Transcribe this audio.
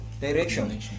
direction